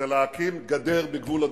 זה להקים גדר בגבול הדרום,